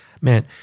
man